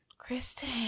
Kristen